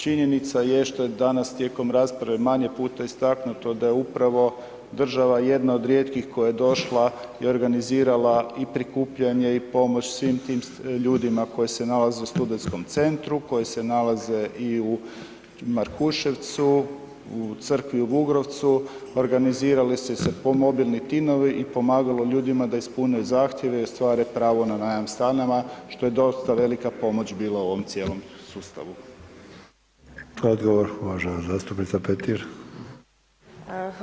Činjenica je danas tijekom rasprave manje puta istaknuto da je upravo država jedna od rijetkih koja je došla i organizirala i prikupljanje i pomoć svim tim ljudima koji se nalaze u Studentskom centru, koji se nalaze i u Markuševcu, u crkvi u Vugrovcu, organizirali su se ko mobilni timovi i pomagalo ljudi da ispune zahtjeve i ostvare pravo na najam stanova što je dosta velika pomoć bila u ovom cijelom sustavu.